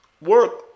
work